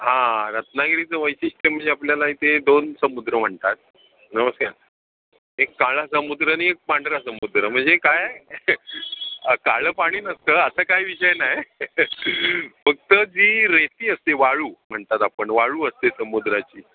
हां रत्नागिरीचं वैशिष्ट्य म्हणजे आपल्याला इथे दोन समुद्र म्हणतात नमस्कार एक काळा समुद्र आणि एक पांढरा समुद्र म्हणजे काय काळं पाणी नसतं असं काय विषय नाही फक्त जी रेती असते वाळू म्हणतात आपण वाळू असते समुद्राची